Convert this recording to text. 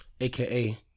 aka